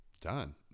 done